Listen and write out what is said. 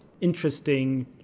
interesting